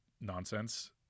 nonsense